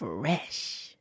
Fresh